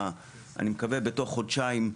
בתוך חודשיים אני מקווה,